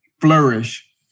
flourish